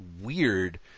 weird